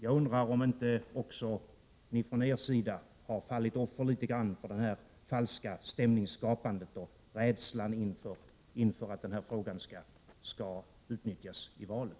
Jag undrar om inte också ni från socialdemokratisk sida i någon mån har fallit offer för ett falskt stämningsskapande och en rädsla inför att den här frågan skall utnyttjas i valet.